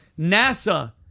NASA